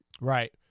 Right